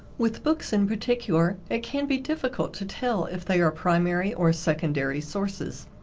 with books in particular it can be difficult to tell if they are primary or secondary sources.